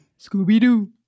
Scooby-Doo